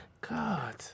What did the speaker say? God